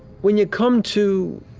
when you come to